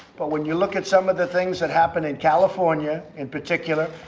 but when you look at some of the things that happened in california, in particular,